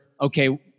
okay